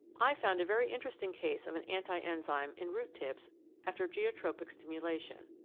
i found a very interesting case of an anti-enzyme in root-tips after geotropic stimulation.